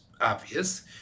obvious